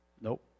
Nope